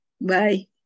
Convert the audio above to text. Bye